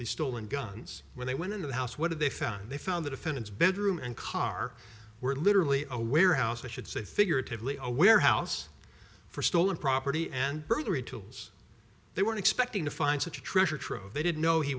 stolen guns when they went into the house where they found they found the defendant's bedroom and car were literally a warehouse i should say figurative lee a warehouse for stolen property and burglary tools they weren't expecting to find such a treasure trove they didn't know he